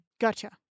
Gotcha